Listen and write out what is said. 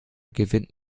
gewinnt